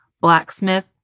blacksmith